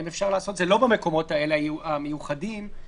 האם אפשר לעשות את זה לא במקומות המיוחדים האלה?